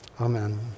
Amen